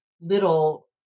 little